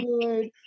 good